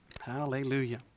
Hallelujah